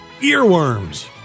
earworms